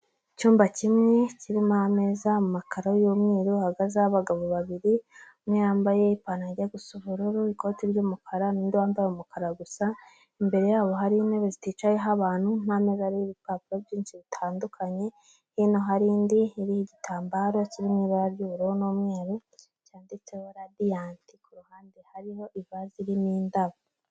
Icyumba kimwe kirimo ameza, amakaro y'umweru, hahagazeho abagabo babiri, umwe yambaye ipantaro ijya gusa ubururu, ikoti ry'umukara n'undi wambaye umukara gusa, imbere yabo hari intebe ziticayeho abantu n'ameza ariho ibipapuro byinshi bitandukanye, hino hari indi iriho igitambaro kiri mu ibara ry'ubururu n'umweru, cyanditseho radiyanti, ku ruhande hariho ivaze irimo indabo.